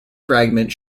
fragment